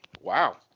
wow